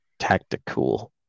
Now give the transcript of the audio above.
Tactical